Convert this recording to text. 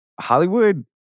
Hollywood